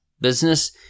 business